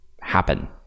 happen